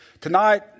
Tonight